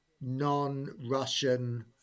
non-Russian